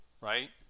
Right